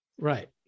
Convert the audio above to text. Right